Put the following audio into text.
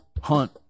Hunt